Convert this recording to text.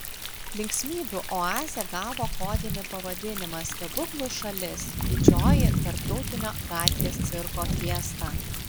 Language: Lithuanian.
linksmybių oazė gavo kodinį pavadinimą stebuklų šalis didžioji tarptautinio gatvės cirko fiesta